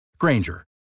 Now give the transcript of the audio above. Granger